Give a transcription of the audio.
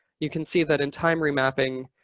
you can see that in time remapping,